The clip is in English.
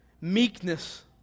meekness